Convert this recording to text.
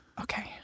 Okay